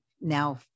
now